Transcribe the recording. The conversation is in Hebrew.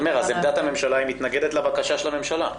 עמדת הממשלה היא מתנגדת לבקשה של הממשלה.